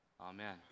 Amen